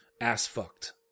ass-fucked